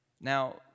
Now